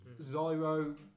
Zyro